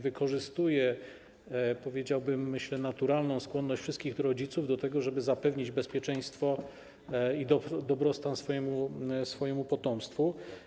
Wykorzystuje ona, powiedziałbym, naturalną skłonność wszystkich rodziców do tego, żeby zapewnić bezpieczeństwo i dobrostan swojemu potomstwu.